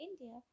India